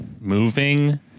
moving